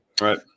right